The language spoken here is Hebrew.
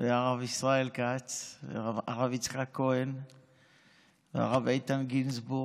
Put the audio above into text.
והרב ישראל כץ והרב יצחק כהן והרב איתן גינזבורג,